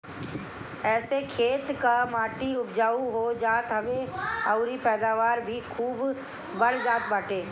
एसे खेत कअ माटी उपजाऊ हो जात हवे अउरी पैदावार भी बढ़ जात बाटे